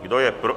Kdo je pro?